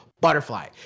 butterfly